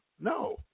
No